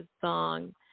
song